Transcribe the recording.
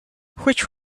which